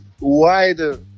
wider